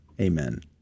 amen